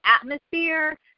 atmosphere